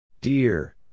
Dear